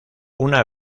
una